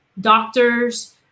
doctors